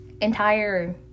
entire